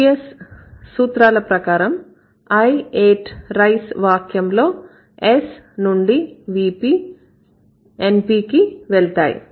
PS సూత్రాల ప్రకారం I ate rice వాక్యంలో S నుండి NPVP కి వెళ్తాయి